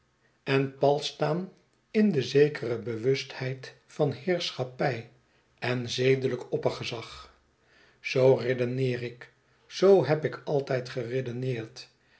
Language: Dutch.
en palstaan in de zekere bewustheid van heerschappij en zedelijk oppergezag zoo redeneer ik zoo heb ik altijd geredeneerd